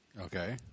Okay